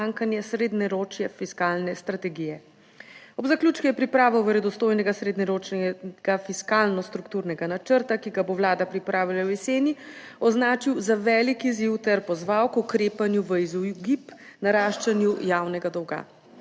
srednjeročne fiskalne strategije. Ob zaključku je pripravo verodostojnega srednjeročnega fiskalno strukturnega načrta, ki ga bo Vlada pripravila v jeseni označil za velik izziv ter pozval k ukrepanju v izogib naraščanju javnega dolga.